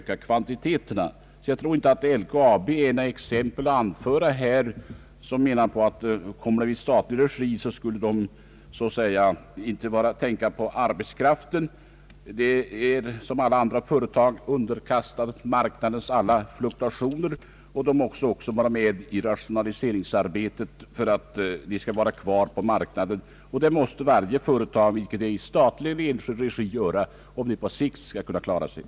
Jag tror därför inte att LKAB är något väl valt exempel på att ett bolag som drivs i statlig regi inte tänker på arbetskraften. Det är som alla andra företag underkastat marknadens alla fluktuationer och måste också vara med i rationaliseringsarbetet för att kunna stanna kvar på marknaden. Det måste varje företag vare sig det drivs i statlig eller enskild regi för att kunna klara sig på längre sikt.